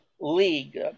League